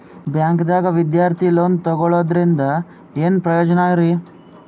ಬ್ಯಾಂಕ್ದಾಗ ವಿದ್ಯಾರ್ಥಿ ಲೋನ್ ತೊಗೊಳದ್ರಿಂದ ಏನ್ ಪ್ರಯೋಜನ ರಿ?